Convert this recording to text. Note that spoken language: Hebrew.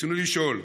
ברצוני לשאול: